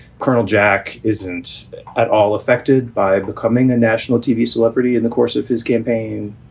colonel jack isn't at all affected by becoming a national tv celebrity in the course of his campaign.